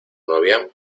novia